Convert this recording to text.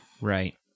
right